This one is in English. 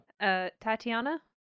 Tatiana